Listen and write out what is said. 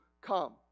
come